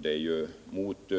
Det är ju mot